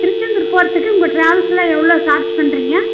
திருச்செந்தூர் போகிறதுக்கு உங்கள் ட்ராவல்ஸில் எவ்வளோ சார்ஜ் பண்ணுறீங்க